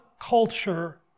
culture